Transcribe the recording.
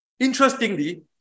Interestingly